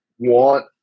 want